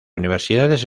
universidades